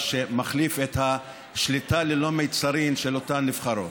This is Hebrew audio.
שמחליף את השליטה ללא מצרים של אותן נבחרות.